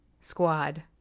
squad